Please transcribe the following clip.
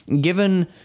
given